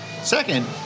Second